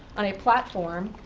on a platform,